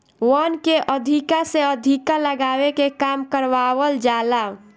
वन के अधिका से अधिका लगावे के काम करवावल जाला